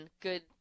good